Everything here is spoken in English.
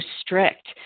strict